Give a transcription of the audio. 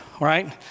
right